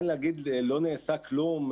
להגיד לא נעשה כלום?